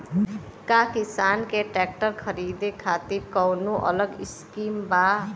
का किसान के ट्रैक्टर खरीदे खातिर कौनो अलग स्किम बा?